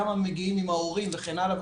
כמה מגיעים עם ההורים וכן הלאה,